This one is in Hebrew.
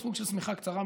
בסוג של שמיכה קצרה,